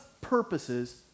purposes